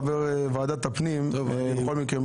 חבר ועדת הפנים בכל מקרה,